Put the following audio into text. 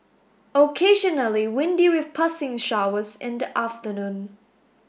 occasionally windy with passing showers in the afternoon